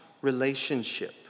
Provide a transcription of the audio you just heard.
relationship